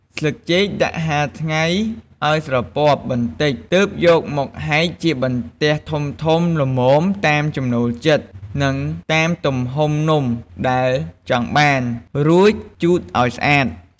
ស្លឹកចេក ដាក់ហាលថ្ងៃឱ្យស្រពាប់បន្តិច ទើបយកមកហែកជាបន្ទះធំៗល្មមតាមចំណូលចិត្ត និងតាមទំហំនំដែលចង់បាន រួចជូតឱ្យស្អាត។